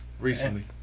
recently